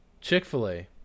Chick-fil-a